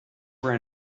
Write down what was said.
were